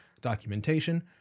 documentation